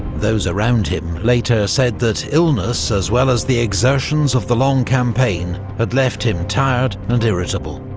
those around him later said that illness, as well as the exertions of the long campaign, had left him tired and irritable.